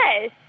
Yes